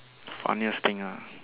funniest thing ah